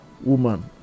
woman